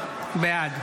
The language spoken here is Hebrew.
בעד